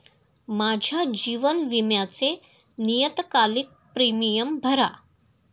माझ्या जीवन विम्याचे नियतकालिक प्रीमियम भरा